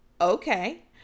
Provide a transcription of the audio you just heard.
okay